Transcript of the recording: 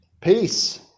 Peace